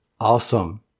Awesome